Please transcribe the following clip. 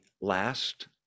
last